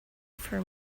for